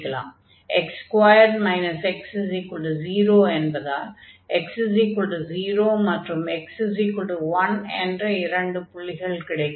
x2 x0 என்பதால் x0 மற்றும் x1 என்ற இரண்டு புள்ளிகள் கிடைக்கும்